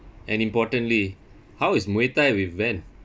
and importantly how is muay thai with van